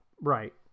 right